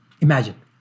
Imagine